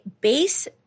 base